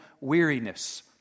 weariness